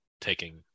taking